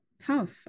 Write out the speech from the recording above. tough